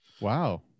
Wow